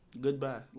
goodbye